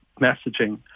messaging